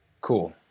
Cool